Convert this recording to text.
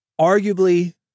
arguably